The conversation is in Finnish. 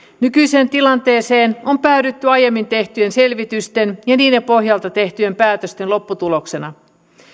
nykyiseen tilanteeseen on päädytty aiemmin tehtyjen selvitysten ja niiden pohjalta tehtyjen päätösten lopputuloksena